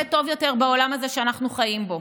טוב יותר בעולם הזה שאנחנו חיים בו.